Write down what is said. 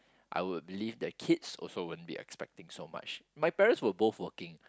I would believe that kids also won't be expecting so much my parents were both working